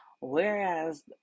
Whereas